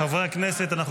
חברי הכנסת, אנחנו